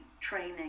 training